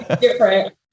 different